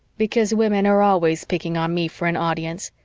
because women are always picking on me for an audience.